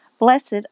Blessed